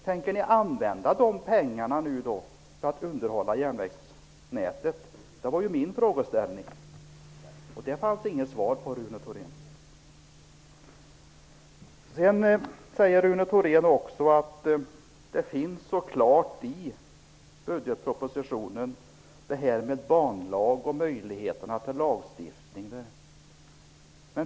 Tänker ni använda de pengarna för att underhålla järnvägsnätet? Det var min fråga, och den fick jag inget svar på, Rune Thorén. Rune Thorén säger också att man i budgetpropositionen tar upp frågan om en banlag och möjligheterna till lagstiftning.